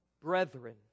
brethren